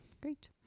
great